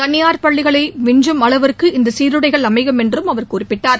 தனியார் பள்ளிகளை விஞ்சும் அளவுக்கு இந்த சீருடைகள் அமையும் என்றும் அவர் குறிப்பிட்டார்